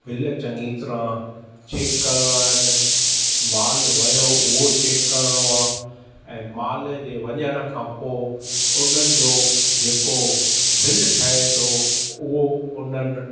bill चंङी तरह check करणा आहिनि मालु वयो उहो चेक करणो आहे ऐं माल जे वञण खां पोइ उननि जो जेको बिलु ठहे थो उहो उननि